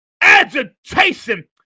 agitation